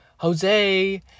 Jose